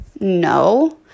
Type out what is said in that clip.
No